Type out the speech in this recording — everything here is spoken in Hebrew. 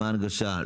מה ההנגשה?